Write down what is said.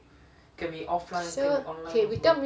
so okay retail means